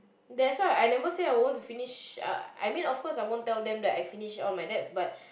that's why I never say I want to finish uh I mean of course I would tell them that I finished all my debts but